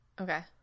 okay